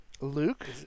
Luke